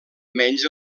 menys